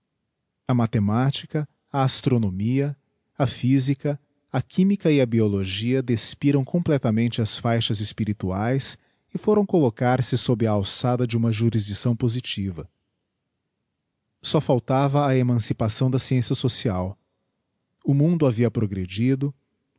a mathematica a astronomia a physica a chimica e a biologia despiram completamente as faxas espirituaes e foram couocar se sob a alçada de uma jurisdicção positiva só faltava a emancipação da sciencia social o mundo havia progredido